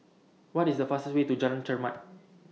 What IS The fastest Way to Jalan Chermat